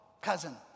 cousin